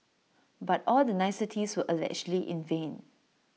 but all the niceties were allegedly in vain